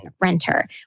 renter